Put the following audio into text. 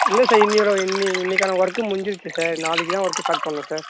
இல்லை சார் இன்னையோடய இன்னி இன்றைக்கான ஒர்க்கு முடிஞ்சிடுச்சு சார் நாளைக்கு தான் ஒர்க்கு ஸ்டாட் பண்ணணும் சார்